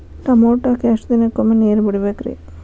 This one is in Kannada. ಟಮೋಟಾಕ ಎಷ್ಟು ದಿನಕ್ಕೊಮ್ಮೆ ನೇರ ಬಿಡಬೇಕ್ರೇ?